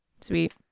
sweet